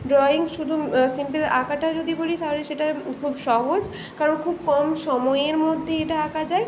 drawing শুধু simple আঁকাটা যদি বলি তাহলে সেটা খুব সহজ কারণ খুব কম সময়ের মধ্যে এটা আঁকা যায়